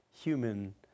human